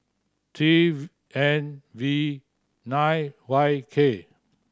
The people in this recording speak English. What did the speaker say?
three N V nine Y K